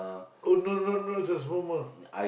oh no no no there's one more